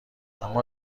اما